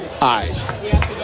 eyes